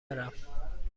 برم